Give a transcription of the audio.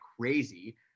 crazy